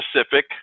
specific